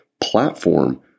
platform